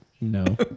No